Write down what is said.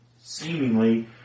seemingly